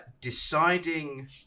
deciding